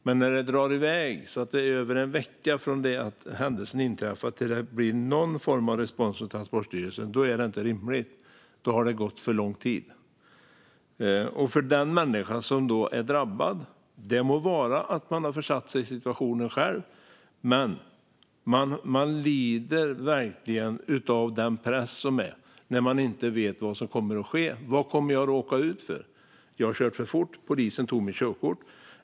Men när det drar iväg så att det blir över en vecka från det att händelsen inträffar till det blir någon respons från Transportstyrelsen är det inte rimligt. Då har det gått för lång tid. Det må vara så att de drabbade själva har försatt sig i situationen, men de lider verkligen av den press som det är när de inte vet vad som kommer att ske. Vad kommer jag att råka ut för? Jag har kört för fort, och polisen tog mitt körkort.